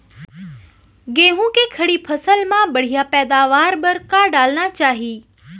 गेहूँ के खड़ी फसल मा बढ़िया पैदावार बर का डालना चाही?